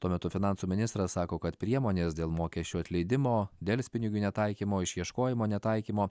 tuo metu finansų ministras sako kad priemonės dėl mokesčių atleidimo delspinigių netaikymo išieškojimo netaikymo